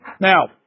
now